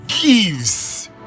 gives